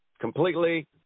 completely